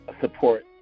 support